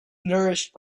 nourished